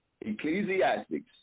Ecclesiastics